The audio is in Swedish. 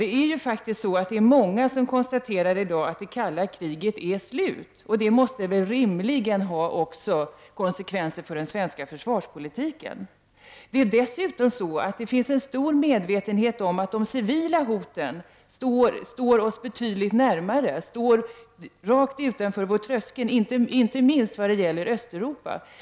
Det är faktiskt många som i dag konstaterar att det kalla kriget är slut, och det måste väl rimligen också ha konsekvenser för den svenska försvarspolitiken. Det finns dessutom en stor medvetenhet om att de civila hoten står oss betydligt närmare, rakt utanför vår tröskel, inte minst när det gäller Östeuropa.